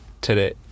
today